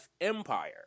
Empire